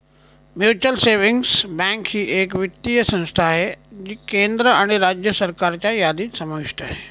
mutual savings bank ही एक वित्तीय संस्था आहे जी केंद्र आणि राज्य सरकारच्या यादीत समाविष्ट आहे